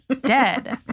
dead